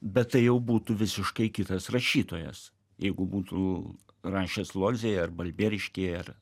bet tai jau būtų visiškai kitas rašytojas jeigu būtų rašęs lodzėje ar balbieriškyje ar